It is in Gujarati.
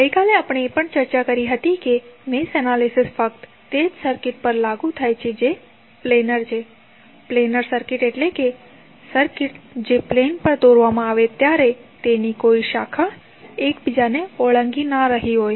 ગઈકાલે આપણે એ પણ ચર્ચા કરી હતી કે મેશ એનાલિસિસ ફક્ત તે સર્કિટ પર જ લાગુ છે જે પ્લેનર છે પ્લેનર સર્કિટ એટલે સર્કિટ જે પ્લેન પર દોરવામાં આવે છે અને તેની કોઈ શાખા નથી જે એક બીજાને ઓળંગી રહી હોય